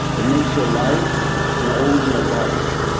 it makes your life and always in a box.